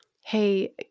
hey